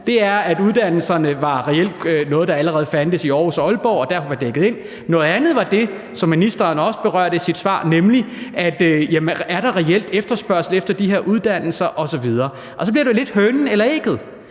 om, at uddannelserne reelt var noget, der allerede fandtes i Aarhus og Aalborg, og derfor var man dækket ind. Noget andet handlede om det, som ministeren også berørte i sit svar, nemlig: Er der reelt efterspørgsel efter de her uddannelser osv.? Og så bliver det jo lidt hønen eller ægget,